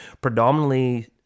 predominantly